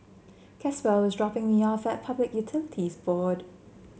Caswell is dropping me off at Public Utilities Board